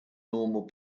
normal